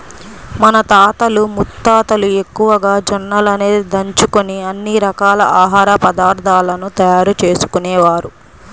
మన తాతలు ముత్తాతలు ఎక్కువగా జొన్నలనే దంచుకొని అన్ని రకాల ఆహార పదార్థాలను తయారు చేసుకునేవారు